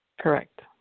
Correct